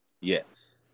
Yes